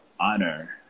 honor